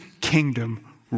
kingdom